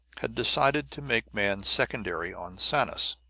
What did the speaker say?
had decided to make man secondary on sanus.